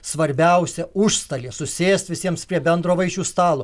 svarbiausia užstalė susėst visiems prie bendro vaišių stalo